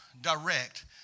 direct